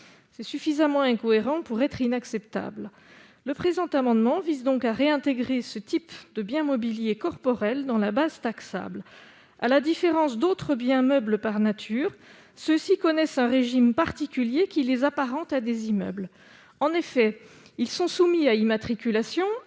C'est suffisamment incohérent pour être inacceptable. Le présent amendement vise donc à réintégrer ce type de biens mobiliers corporels dans la base taxable. À la différence d'autres biens meubles par nature, ceux-ci connaissent un régime particulier qui les apparente à des immeubles. En effet, ils sont soumis à immatriculation,